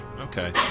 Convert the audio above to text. Okay